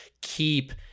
keep